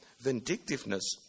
vindictiveness